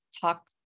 talk